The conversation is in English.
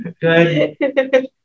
Good